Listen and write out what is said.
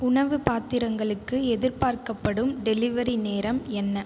உணவுப் பாத்திரங்களுக்கு எதிர்பார்க்கப்படும் டெலிவரி நேரம் என்ன